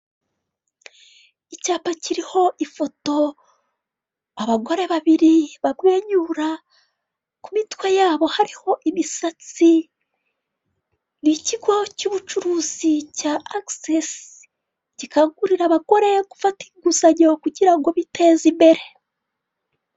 Icyapa kiriho ifoto abagore babiri bamwenyura ku mitwe yabo hariho imisatsi ni ikigo cy'ubucuruzi cya Access kikangurira abagore gufata inguzanyo kugira ngo biteze imbere.